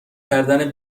کردن